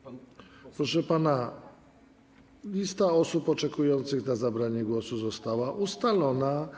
Proszę pana, lista osób oczekujących na zabranie głosu została ustalona.